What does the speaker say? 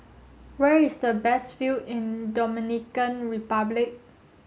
where is the best view in Dominican Republic